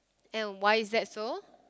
and why is that so